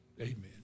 Amen